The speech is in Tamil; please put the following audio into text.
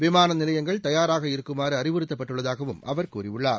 விமான நிலையங்கள் இருக்குமாறு தயாராக அறிவுறுத்தப்பட்டுள்ளதாகவும் அவர் கூறியுள்ளார்